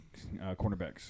cornerbacks